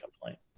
complaint